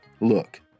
Look